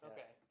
Okay